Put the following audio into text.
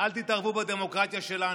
אל תתערבו בדמוקרטיה שלנו.